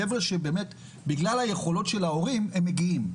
חבר'ה שבגלל היכולות של ההורים הם מגיעים,